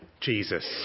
Jesus